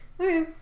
okay